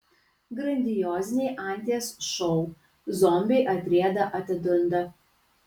grandioziniai anties šou zombiai atrieda atidunda